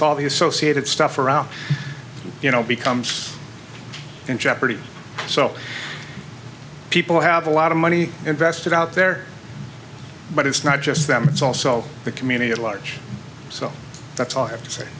the associated stuff around you know becomes in jeopardy so people have a lot of money invested out there but it's not just them it's also the community at large so that's all i have to say